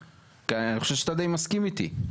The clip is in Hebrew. כי אני חושב שאתה די מסכים איתי.